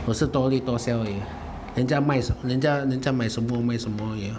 我是薄利多销而已人家卖什么人家人家卖什么卖什么而已咯